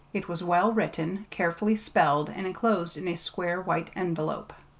it was well written, carefully spelled, and enclosed in a square white envelope.